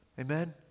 Amen